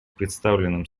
представленном